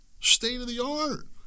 State-of-the-art